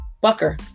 bucker